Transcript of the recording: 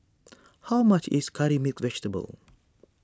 how much is Curry Mixed Vegetable